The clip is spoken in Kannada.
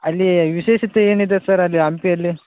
ಅಲ್ಲೀ ವಿಶೇಷತೆ ಏನಿದೆ ಸರ್ ಅಲ್ಲಿ ಹಂಪಿಯಲ್ಲಿ